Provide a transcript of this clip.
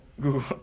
Google